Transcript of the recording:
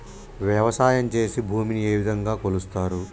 వ్యవసాయం చేసి భూమిని ఏ విధంగా కొలుస్తారు?